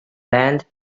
land